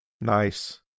Nice